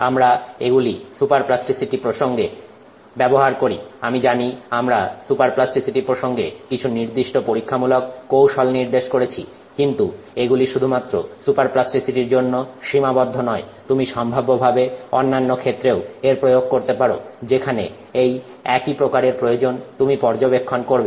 আমরা এগুলি superplasticity প্রসঙ্গে ব্যবহার করি আমি জানি আমরা সুপার প্লাস্টিসিটি প্রসঙ্গে কিছু নির্দিষ্ট পরীক্ষামূলক কৌশল নির্দেশ করছি কিন্তু এগুলি শুধুমাত্র সুপার প্লাস্টিসিটির জন্য সীমাবদ্ধ নয় তুমি সম্ভাব্যভাবে অন্যান্য ক্ষেত্রেও এর প্রয়োগ করতে পারো যেখানে এই একই প্রকারের প্রয়োজন তুমি পর্যবেক্ষণ করবে